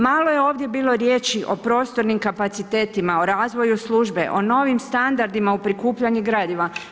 Malo je ovdje bilo riječi o prostornim kapacitetima, o razvoju službe, o novim standardima u prikupljanju gradiva.